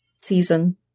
season